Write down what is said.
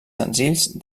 senzills